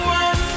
one